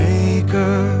Maker